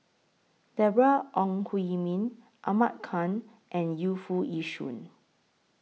Deborah Ong Hui Min Ahmad Khan and Yu Foo Yee Shoon